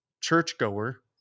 churchgoer